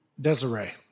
Desiree